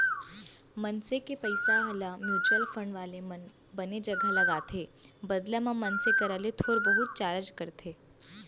मनसे के पइसा ल म्युचुअल फंड वाले मन बने जघा लगाथे बदला म मनसे करा ले थोर बहुत चारज करथे